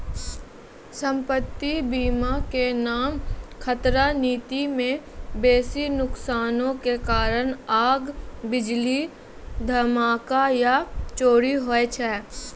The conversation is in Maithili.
सम्पति बीमा के नाम खतरा नीति मे बेसी नुकसानो के कारण आग, बिजली, धमाका या चोरी होय छै